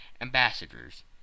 ambassadors